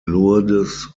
lourdes